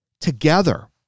together